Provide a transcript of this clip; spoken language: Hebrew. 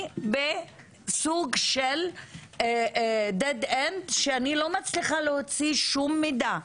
אני בסוג של dead-end שאני לא מצליחה להוציא שום מידע.